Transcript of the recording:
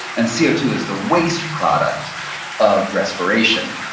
and c o two is the waste product of respiration.